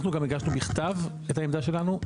אנחנו גם הגשנו בכתב את העמדה שלנו,